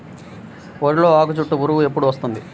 వరిలో ఆకుచుట్టు పురుగు ఎప్పుడు వస్తుంది?